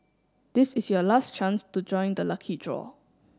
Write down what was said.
this is your last chance to join the lucky draw